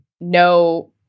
no